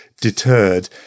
deterred